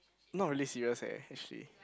not really serious eh actually